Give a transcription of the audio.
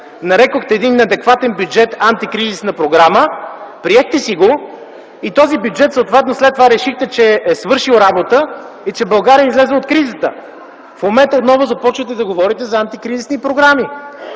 Нарекохте един неадекватен бюджет антикризисна програма, приехте си го и този бюджет съответно след това решихте, че е свършил работа и че България излезе от кризата. В момента отново започвате да говорите за антикризисни програми.